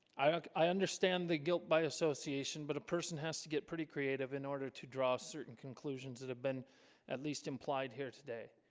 i like i understand the guilt by association but a person has to get pretty creative in order to draw certain conclusions that have been at least implied here today